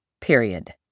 period